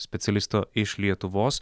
specialisto iš lietuvos